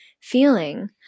feeling